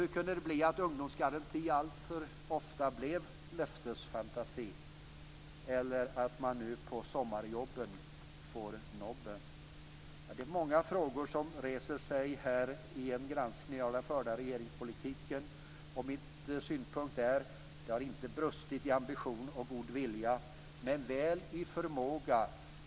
Hur kom det sig att ungdomsgarantin alltför ofta blev löftesfantasi, eller att man nu på sommarjobben får nobben? Ja, det är många frågor som reser sig i en granskning av den förda regeringspolitiken. Min synpunkt är att det inte har brustit i ambition och god vilja, men väl i förmåga.